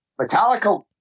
metallica